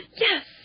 Yes